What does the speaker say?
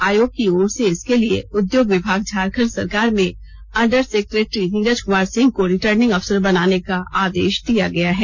आयोग की ओर से इसके लिए उद्योग विभाग झारखंड सरकार में अंडर सेकेटरी नीरज कुमार सिंह को रिटरिँग अफसर बनाने का आदेश दिया है